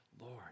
Lord